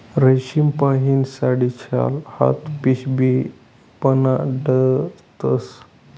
रेशीमपाहीन साडी, शाल, हात पिशीबी बनाडतस